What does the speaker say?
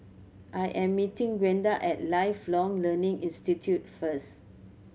I am meeting Gwenda at Lifelong Learning Institute first